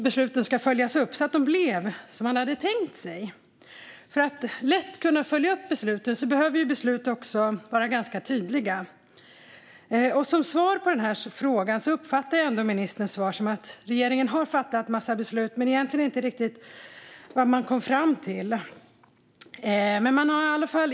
Besluten ska också följas upp så att man ser att de blev som man hade tänkt sig, och för att beslut lätt ska kunna följas upp behöver de vara ganska tydliga. Jag uppfattar ändå ministerns svar på den här frågan som att regeringen har fattat en massa beslut, men jag vet egentligen inte riktigt vad man kommit fram till.